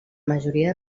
majoria